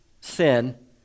sin